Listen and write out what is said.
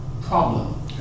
problem